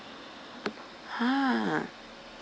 !huh!